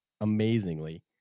amazingly